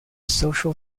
social